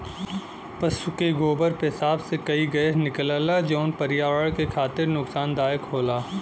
पसु के गोबर पेसाब से कई गैस निकलला जौन पर्यावरण के खातिर नुकसानदायक होला